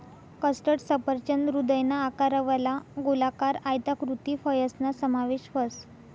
custard सफरचंद हृदयना आकारवाला, गोलाकार, आयताकृती फयसना समावेश व्हस